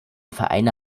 vereine